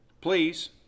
please